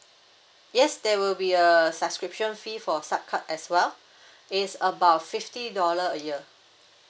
yes there will be a subscription fee for sub card as well is about fifty dollar a year